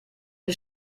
wir